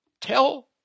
tell